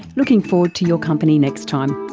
looking forward to your company next time